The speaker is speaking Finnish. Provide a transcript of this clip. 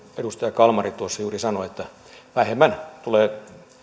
edustaja kalmari tuossa juuri sanoi että vähemmän tulee